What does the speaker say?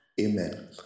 amen